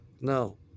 No